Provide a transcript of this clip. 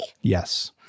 Yes